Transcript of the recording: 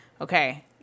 okay